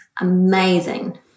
amazing